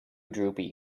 droopy